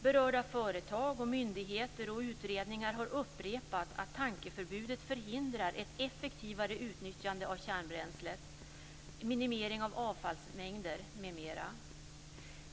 Berörda företag, myndigheter och utredningar har upprepat att tankförbudet förhindrar ett effektivare utnyttjande av kärnbränslet, minimering av avfallsmängder m.m.